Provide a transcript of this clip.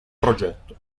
progetto